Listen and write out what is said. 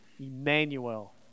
Emmanuel